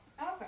Okay